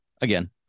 again